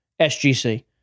SGC